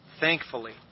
thankfully